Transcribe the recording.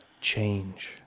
change